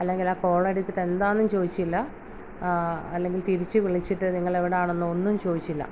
അല്ലെങ്കിൽ ആ കോളെടുത്തിട്ട് എന്താന്നും ചോദിച്ചില്ല അല്ലെങ്കിൽ തിരിച്ച് വിളിച്ചിട്ട് നിങ്ങൾ എവിടാണെന്നോ ഒന്നും ചോദിച്ചില്ല